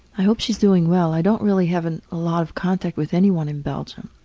i hope she's doing well. i don't really have a ah lot of contact with anyone in belgium.